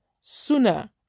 sooner